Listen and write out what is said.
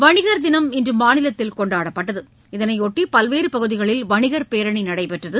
வணிகர் தினம் இன்று மாநிலத்தில் கொண்டாடப்பட்டது இதனையொட்டி பல்வேறு பகுதிகளில் வணிகர் பேரணி நடைபெற்றது